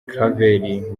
claver